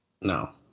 No